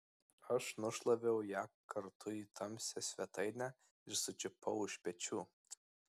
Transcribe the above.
aš nušlaviau ją kartu į tamsią svetainę ir sučiupau už pečių